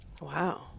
Wow